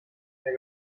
mehr